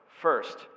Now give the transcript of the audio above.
first